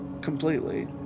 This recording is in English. completely